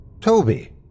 Toby